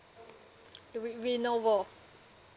le~ lenovo